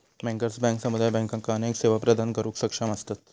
bankers बँका समुदाय बँकांका अनेक सेवा प्रदान करुक सक्षम असतत